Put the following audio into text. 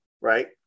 Right